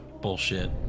Bullshit